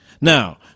Now